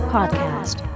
Podcast